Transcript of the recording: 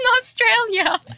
Australia